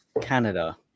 Canada